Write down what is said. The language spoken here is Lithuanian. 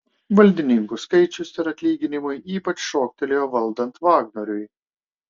valdininkų skaičius ir atlyginimai ypač šoktelėjo valdant vagnoriui